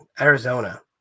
Arizona